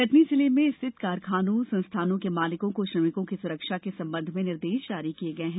कटनी जिले में स्थित कारखानों संस्थानों के मालिकों को श्रमिकों की सुरक्षा के संबंध में निर्देश जारी किये गये हैं